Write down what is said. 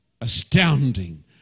astounding